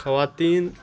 خواتین